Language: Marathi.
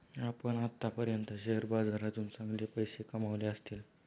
आपण आत्तापर्यंत शेअर बाजारातून चांगले पैसे कमावले असतील